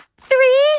three